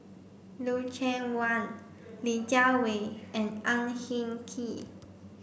Lucien Wang Li Jiawei and Ang Hin Kee